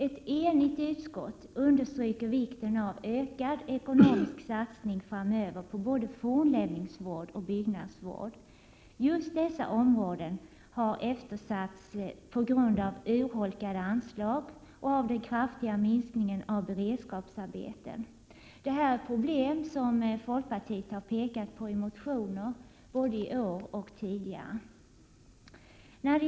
Ett enigt utskott understryker vikten av ökad ekonomisk satsning framöver på både fornlämningsvård och byggnadsvård. Just dessa områden har eftersatts på grund av urholkade anslag och av den kraftiga minskningen av beredskapsarbeten. Detta är problem som folkpartiet har pekat på i motioner, både i år och tidigare.